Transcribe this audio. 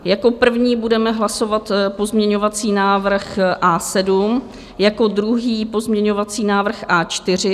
Jako první budeme hlasovat pozměňovací návrh A7, jako druhý pozměňovací návrh A4.